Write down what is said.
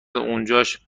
اونجاش